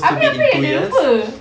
abeh apa yang dia lupa